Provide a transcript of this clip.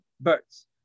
birds